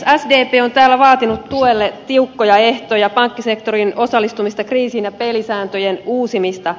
sdp on täällä vaatinut tuelle tiukkoja ehtoja pankkisektorin osallistumista kriisiin ja pelisääntöjen uusimista